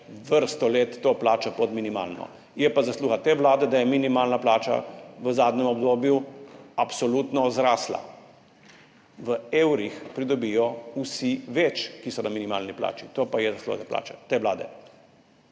vrsto let to plačo pod minimalno. Je pa zasluga te vlade, da je minimalna plača v zadnjem obdobju absolutno zrasla. V evrih pridobijo vsi, ki so na minimalni plači, več, to pa je zasluga te vlade.